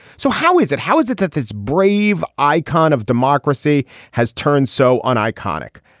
so how is it how is it that this brave icon of democracy has turned so on iconic?